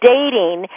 Dating